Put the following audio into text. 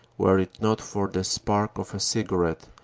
were it not for the spark of a cigarette,